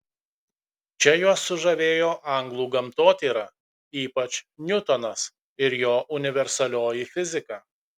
čia juos sužavėjo anglų gamtotyra ypač niutonas ir jo universalioji fizika